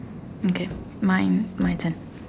okay mine my turn